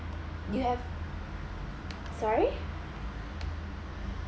you have sorry